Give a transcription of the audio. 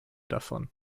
davon